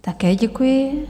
Také děkuji.